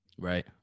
Right